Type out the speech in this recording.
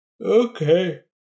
Okay